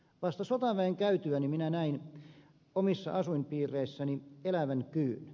vasta sotaväen käytyäni minä näin omissa asuinpiireissäni elävän kyyn